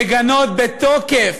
לגנות בתוקף,